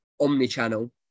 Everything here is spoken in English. omni-channel